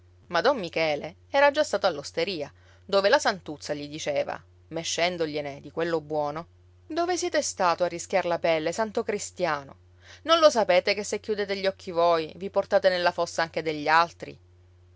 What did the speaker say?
ma don michele era già stato all'osteria dove la santuzza gli diceva mescendogliene di quel buono dove siete stato a rischiar la pelle santo cristiano non lo sapete che se chiudete gli occhi voi vi portate nella fossa anche degli altri